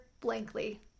blankly